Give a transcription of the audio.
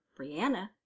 Brianna